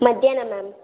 ಮಧ್ಯಾಹ್ನ ಮ್ಯಾಮ್